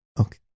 Okay